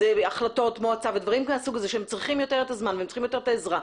החלטות מועצה ודברים מהסוג הזה שצריכים את הזמן ואת העזרה.